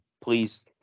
please